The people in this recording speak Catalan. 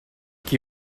qui